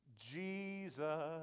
Jesus